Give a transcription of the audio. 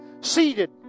seated